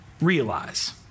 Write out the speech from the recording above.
realize